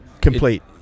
Complete